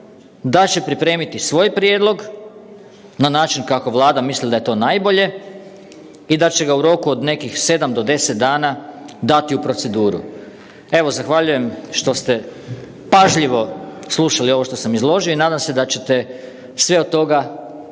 da će pripremiti svoj prijedlog na način kako Vlada misli da je to najbolje i da će ga u roku od nekih 7 do 10 dana dati u proceduru. Evo zahvaljujem što ste pažljivo slušali ovo što sam izložio i nadam se da ćete sve od toga